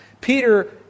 Peter